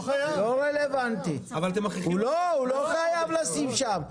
הוא לא חייב לשים שם.